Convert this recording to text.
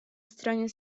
stronie